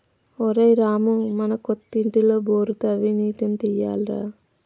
ఒరేయ్ రామూ మన కొత్త ఇంటిలో బోరు తవ్వి నీటిని తీయాలి రా